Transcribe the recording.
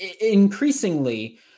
increasingly